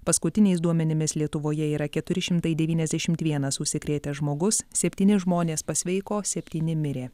paskutiniais duomenimis lietuvoje yra keturi šimtai devyniasdešimt vienas užsikrėtęs žmogus septyni žmonės pasveiko septyni mirė